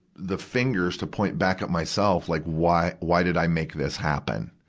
the fingers to point back at myself, like why, why did i make this happen.